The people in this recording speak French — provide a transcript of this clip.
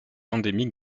endémique